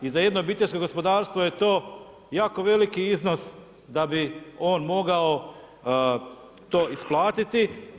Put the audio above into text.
I za jedno obiteljsko gospodarstvo je to jako veliki iznos da bi on mogao to isplatiti.